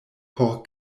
por